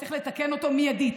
צריך לתקן אותו מיידית.